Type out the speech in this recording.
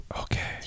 Okay